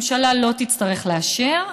ממשלה לא תצטרך לאשר,